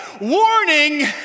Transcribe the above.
warning